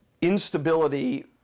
instability